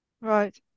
Right